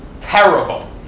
terrible